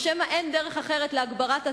או שמא אין דרך אחרת להגברת הטרור?